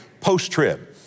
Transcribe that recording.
post-trib